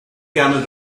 camel